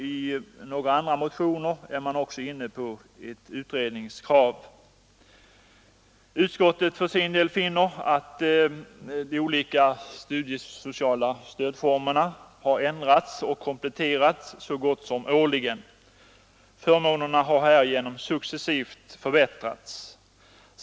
I några andra motioner har man också ställt utredningskrav. Utskottet finner för sin del att de olika studiesociala stödformerna har ändrats och kompletterats så gott som årligen. Förmånerna har härigenom successivt förbättrats.